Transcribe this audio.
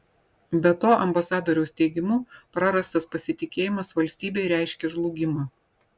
be to ambasadoriaus teigimu prarastas pasitikėjimas valstybei reiškia žlugimą